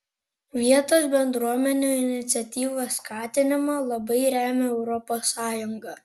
vietos bendruomenių iniciatyvos skatinimą labai remia europos sąjunga